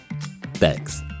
Thanks